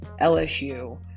LSU